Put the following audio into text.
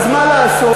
אז מה לעשות.